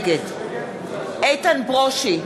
נגד איתן ברושי,